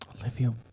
Olivia